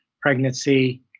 pregnancy